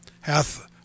hath